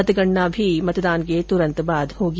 मतगणना भी मतदान के तुरन्त बाद होगी